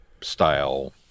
style